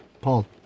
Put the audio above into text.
Paul